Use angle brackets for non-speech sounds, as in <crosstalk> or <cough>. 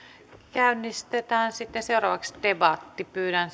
käynnistetään sitten seuraavaksi debatti pyydän <unintelligible>